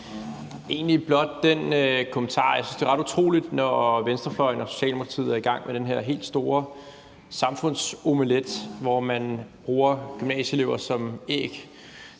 egentlig blot den kommentar, at jeg synes, at det er ret utroligt, at venstrefløjen og Socialdemokratiet, når de nu er i gang med den her helt store samfundsomelet, hvor man bruger gymnasieelever som æg,